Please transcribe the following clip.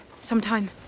sometime